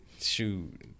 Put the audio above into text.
Shoot